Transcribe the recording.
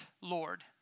Lord